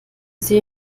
sie